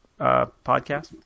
podcast